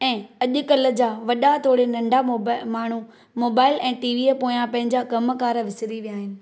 ऐं अॼुकल्ह जा वॾा तोड़े नन्ढा माण्हू मोबाइल ऐं टीवीअ पोयां पंहिंजा कमुकारु विसरी विया आहिनि